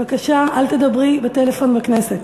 בבקשה אל תדברי בטלפון בכנסת.